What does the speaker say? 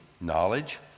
knowledge